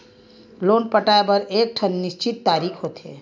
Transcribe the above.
loan पटाए बर एकठन निस्चित तारीख होथे